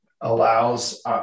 allows